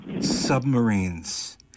submarines